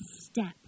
step